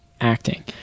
acting